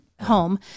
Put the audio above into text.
home